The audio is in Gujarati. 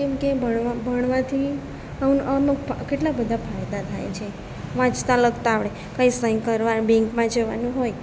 કેમ કે ભણવાથી ભણવાથી અનુ કેટલા બધા ફાયદા થાય છે વાંચતાં લખતા આવડે છે કંઈ સહી કરવા બેંકમાં જવાનું હોય